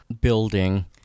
building